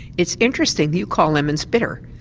it's interesting that you call lemons bitter.